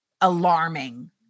alarming